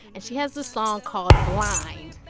and she has this song called blind.